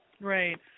Right